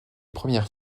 premières